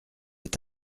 est